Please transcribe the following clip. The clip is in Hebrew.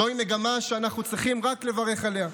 זוהי מגמה שאנחנו צריכים רק לברך עליה.